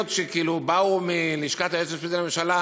שכאילו באו מלשכת היועץ המשפטי לממשלה,